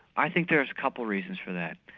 i think there's a couple of reasons for that.